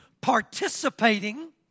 participating